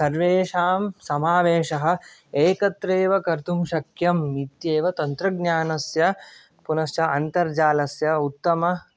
सर्वेषां समावेशः एकत्र एव कर्तुं शक्यम् इत्येव तन्त्रज्ञानस्य पुनश्च अन्तर्जालस्य उत्तम